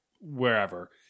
wherever